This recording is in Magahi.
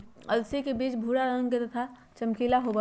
अलसी के बीज भूरा रंग के तथा चमकीला होबा हई